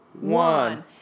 one